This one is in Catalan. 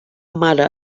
mare